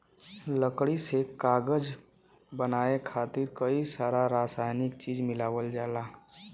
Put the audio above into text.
लकड़ी से कागज बनाये खातिर कई सारा रासायनिक चीज मिलावल जाला